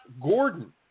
Gordon